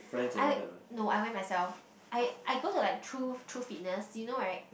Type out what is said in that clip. I no I went myself I I go to like true True Fitness you know right